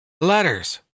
Letters